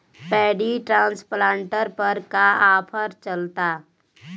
Paddy transplanter पर का offer चलता?